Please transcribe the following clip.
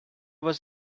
was